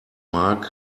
mark